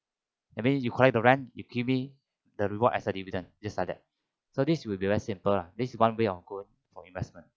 maybe you collect the rent you give me the reward as dividend just like that so this will be very simple this is one way for investment